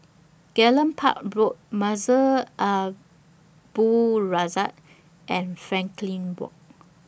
Gallop Park Road Masjid Al Abdul Razak and Frankel Walk